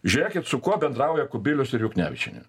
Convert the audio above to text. žėkit su kuo bendrauja kubilius ir juknevičienė